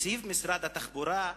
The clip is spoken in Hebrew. מתקציב משרד התחבורה,